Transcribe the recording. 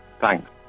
Thanks